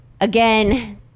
Again